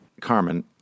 Carmen